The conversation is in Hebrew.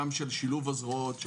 גם של שילוב הזרועות,